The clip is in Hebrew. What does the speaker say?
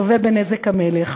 שווה בנזק המלך?